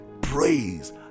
praise